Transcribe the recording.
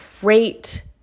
great